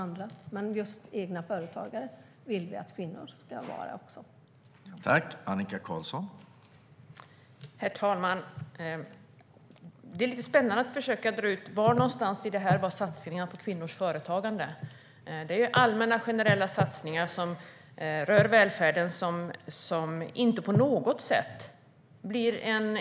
Vi vill att kvinnor ska vara egenföretagare.